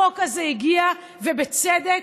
החוק הזה הגיע בצדק,